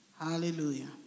Hallelujah